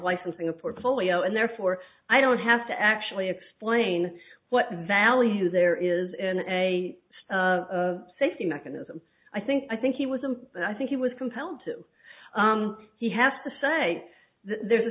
licensing a portfolio and therefore i don't have to actually explain what value there is in a safety mechanism i think i think he was them but i think he was compelled to he has to say there's a